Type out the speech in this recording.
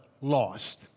lost